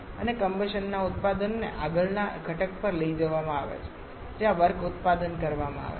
અને કમ્બશનના ઉત્પાદનોને આગળના ઘટક પર લઈ જવામાં આવે છે જ્યાં વર્ક ઉત્પાદન કરવામાં આવે છે